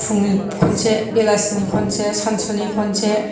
फुंनि खनसे बेलासिनि खनसे सानसुनि खनसे